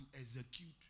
execute